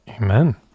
amen